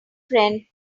friend